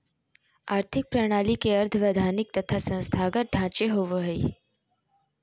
आर्थिक प्रणाली के अर्थ वैधानिक तथा संस्थागत ढांचे होवो हइ